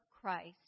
Christ